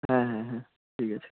হ্যাঁ হ্যাঁ হ্যাঁ ঠিক আছে